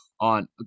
on